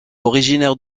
originaire